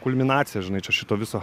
kulminacija žinai čia šito viso